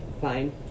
fine